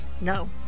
No